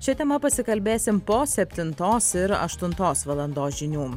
šia tema pasikalbėsim po septintos ir aštuntos valandos žinių